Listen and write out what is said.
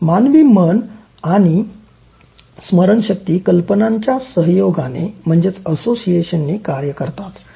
मानवी मन आणि स्मरणशक्ती कल्पनांच्या सहयोगाने कार्य करतात